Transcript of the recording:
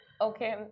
Okay